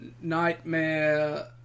nightmare